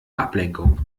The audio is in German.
ablenkung